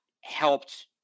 helped